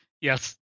Yes